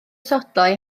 sodlau